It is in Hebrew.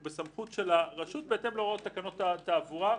הוא בסמכות הרשות בהתאם להוראת תקנות התעבורה.